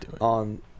on